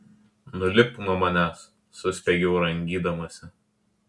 nulipk nuo manęs suspiegiau rangydamasi